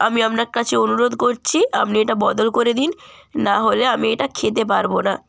আমি আপনার কাছে অনুরোধ করছি আপনি এটা বদল করে দিন না হলে আমি এটা খেতে পারব না